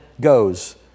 goes